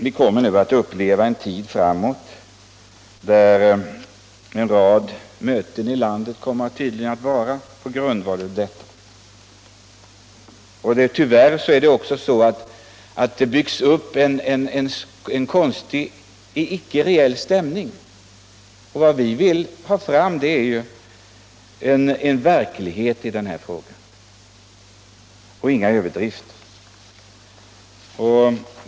Vi kommer tydligen en tid framåt att få uppleva hur en rad möten anordnas i landet på grundval av de här förhållandena, och tyvärr är det också så att det byggs upp en speciell stämning. Vad vi vill föra fram är ju en verklighet och inga överdrifter.